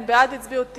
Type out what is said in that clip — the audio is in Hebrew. ובכן, בעד הצביעו תשעה,